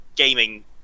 gaming